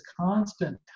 constant